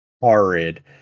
horrid